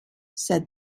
said